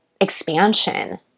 expansion